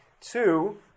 Two